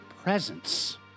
presence